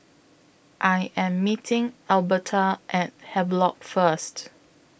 I Am meeting Elberta At Havelock First